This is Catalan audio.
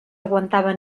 aguantava